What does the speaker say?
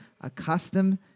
accustomed